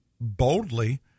boldly